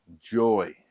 joy